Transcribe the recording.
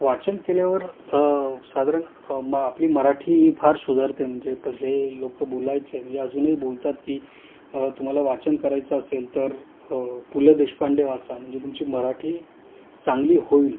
वाचन केल्यावर साधारण म आपली मराठी फार सुधारते म्हणजे पहिले लोकं बोलायचे म्हणजे अजूनही बोलतात की तुम्हाला वाचन करायचं असेल तर पुल देशपांडे वाचा म्हणजे तुमची मराठी चांगली होईल